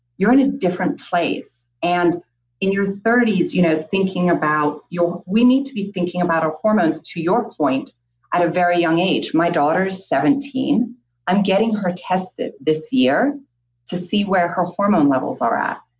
you're in a different place and in your thirties you know thinking about your. we need to be thinking about our hormones to your point at a very young age. my daughter's seventeen i'm getting her tested this year to see where her hormone levels are at.